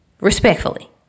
Respectfully